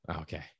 Okay